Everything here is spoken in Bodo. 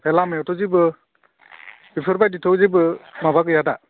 ओमफाय लामायावथ' जेबो बेफोरबायदिथ' जेबो माबा गैयादा